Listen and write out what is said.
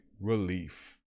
relief